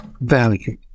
value